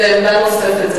זאת לא הצעה אחרת,